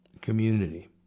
community